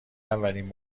اولین